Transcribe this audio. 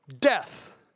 death